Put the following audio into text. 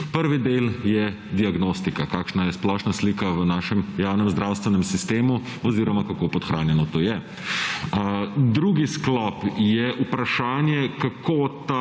Prvi del je diagnostika, kakšna je splošna slika v našem javnem zdravstvenem sistemu oziroma kako podhranjeno to je. Drugi sklop je vprašanje kako ta